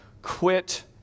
quit